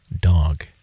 dog